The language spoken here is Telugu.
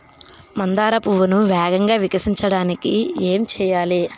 మందార పువ్వును వేగంగా వికసించడానికి ఏం చేయాలి?